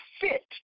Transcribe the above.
fit